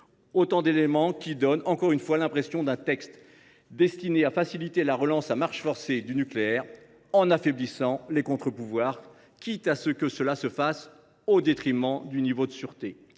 ces éléments donnent l’impression que ce texte est destiné à faciliter la relance à marche forcée du nucléaire, en affaiblissant les contre pouvoirs, quitte à ce que cela se fasse au détriment du niveau de sûreté.